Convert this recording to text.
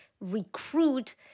recruit